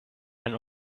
and